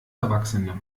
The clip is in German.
erwachsene